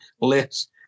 list